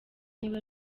niba